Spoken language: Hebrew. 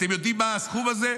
אתם יודעים מה הסכום הזה?